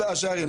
השערים.